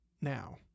now